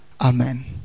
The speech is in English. Amen